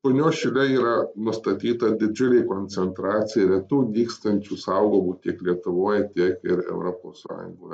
punios šile yra nustatyta didžiulė koncentracija retų nykstančių saugomų tiek lietuvoj tiek ir europos sąjungoje